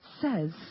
says